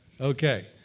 Okay